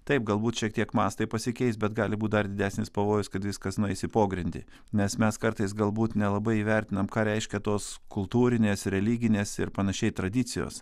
taip galbūt šiek tiek mastai pasikeis bet gali būt dar didesnis pavojus kad viskas nueis į pogrindį nes mes kartais galbūt nelabai įvertinam ką reiškia tos kultūrinės religinės ir panašiai tradicijos